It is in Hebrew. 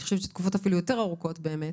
אני חושבת שתקופות שאפילו יותר ארוכות באמת,